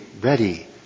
ready